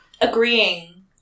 agreeing